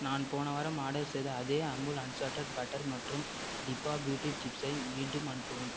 நான் போன வாரம் ஆர்டர் செய்த அதே அமுல் அன்சால்ட்டட் பட்டர் மற்றும் டிபா பீட்ரூட் சிப்ஸை மீண்டும் அனுப்பவும்